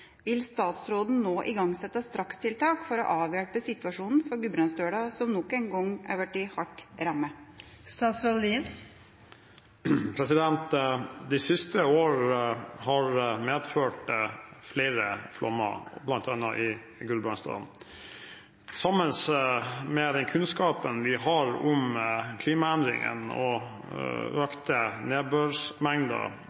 Vil statsråden nå igangsette strakstiltak for å avhjelpe situasjonen for gudbrandsdølene som nok en gang blir hardt rammet?» De siste år har medført flere flommer, bl.a. i Gudbrandsdalen. Sammen med den kunnskapen vi har om klimaendringene og